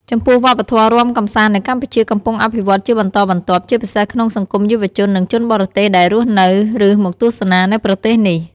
ចំពោះវប្បធម៌រាំកម្សាន្តនៅកម្ពុជាកំពុងអភិវឌ្ឍន៍ជាបន្តបន្ទាប់ ជាពិសេសក្នុងសង្គមយុវជននិងជនបរទេសដែលរស់នៅ ឬមកទស្សនានៅប្រទេសនេះ។